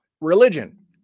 Religion